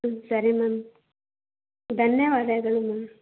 ಹ್ಞೂ ಸರಿ ಮ್ಯಾಮ್ ಧನ್ಯವಾದಗಳು ಮ್ಯಾಮ್